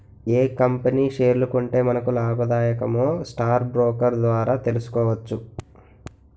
ఏ company షేర్లు కొంటే మనకు లాభాదాయకమో స్టాక్ బ్రోకర్ ద్వారా తెలుసుకోవచ్చు